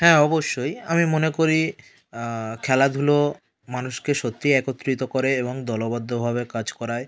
হ্যাঁ অবশ্যই আমি মনে করি খেলাধুলো মানুষকে সত্যিই একত্রিত করে এবং দলবদ্ধভাবে কাজ করায়